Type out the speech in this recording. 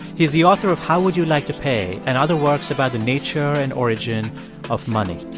he is the author of how would you like to pay? and other works about the nature and origin of money.